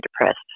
depressed